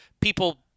people